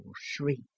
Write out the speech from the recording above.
shriek